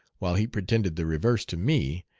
while he pretended the reverse to me,